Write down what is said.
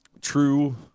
True